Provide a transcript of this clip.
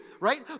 right